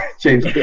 James